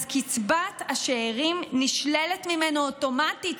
אז קצבת השאירים נשללת ממנו אוטומטית.